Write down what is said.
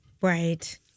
Right